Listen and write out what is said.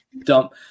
dump